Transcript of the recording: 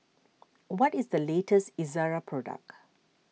what is the latest Ezerra product